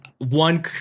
One